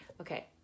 Okay